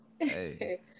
Hey